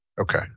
Okay